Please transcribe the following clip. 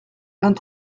vingt